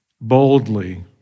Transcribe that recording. boldly